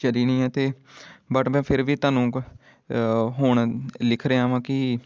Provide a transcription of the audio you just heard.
ਚੱਲੀ ਨਹੀਂ ਆ ਅਤੇ ਬਟ ਮੈਂ ਫਿਰ ਵੀ ਤੁਹਾਨੂੰ ਹੁਣ ਲਿਖ ਰਿਹਾ ਵਾਂ ਕਿ